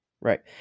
Right